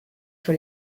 sur